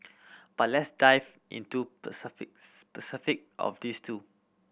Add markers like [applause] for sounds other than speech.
but let's dive into [unintelligible] specific of these two